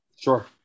Sure